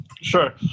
Sure